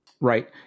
Right